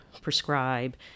prescribe